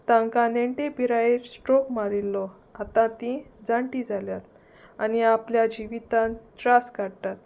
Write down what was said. तांकां नेणटे पिरायेर स्ट्रोक मारिल्लो आतां तीं जाणटी जाल्यात आनी आपल्या जिवितांत त्रास काडटात